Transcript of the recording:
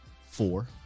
four –